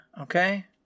okay